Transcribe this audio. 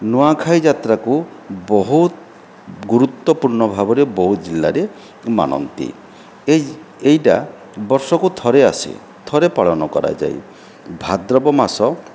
ନୂଆଖାଇ ଯାତ୍ରାକୁ ବହୁତ ଗୁରୁତ୍ଵପୂର୍ଣ୍ଣ ଭାବରେ ବଉଦ ଜିଲ୍ଲାରେ ମାନନ୍ତି ଏଇ ଏଇଟା ବର୍ଷକୁ ଥରେ ଆସେ ଥରେ ପାଳନ କରାଯାଏ ଭାଦ୍ରବ ମାସ